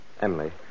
Emily